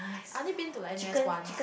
I only been to like N_U_S once